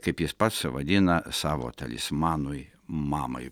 kaip jis pats vadina savo talismanui mamai